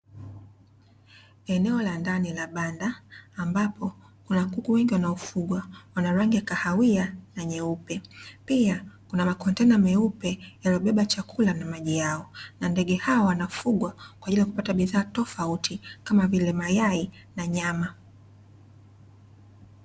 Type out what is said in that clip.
Eneo la ndani la banda, ambapo kuna kuku wengi wanaofugwa, wana rangi ya kahawia na nyeupe, pia kuna makontena meupe yanayobeba chakula na maji yao na ndege hawa wanafugwa kwa ajili ya kupata bidhaa tofauti kama vile mayai na nyama.